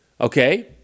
okay